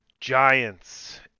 Giants